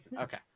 Okay